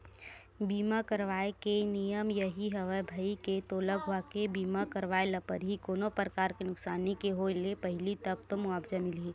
बीमा करवाय के नियम यही हवय भई के तोला अघुवाके बीमा करवाय ल परही कोनो परकार के नुकसानी के होय ले पहिली तब तो मुवाजा मिलही